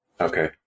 Okay